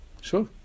Sure